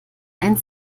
ein